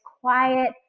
quiet